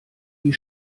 die